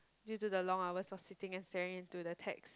due to the long hours of sitting and staring into the text